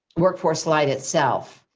workforce light itself,